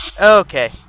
Okay